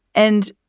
and